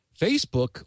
Facebook